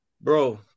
Bro